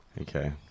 Okay